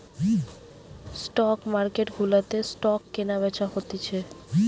stock market গুলাতে stock কেনা বেচা হতিছে